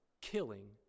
killing